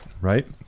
right